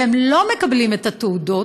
והם לא מקבלים את התעודות,